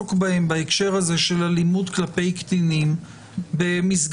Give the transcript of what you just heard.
לעסוק בהם בהקשר של אלימות כלפי קטינים במסגרות.